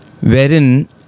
wherein